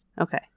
Okay